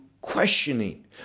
questioning